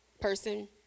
person